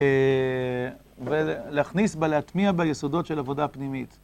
ולהכניס בה, להטמיע בה, יסודות של עבודה פנימית.